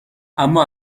اما